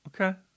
Okay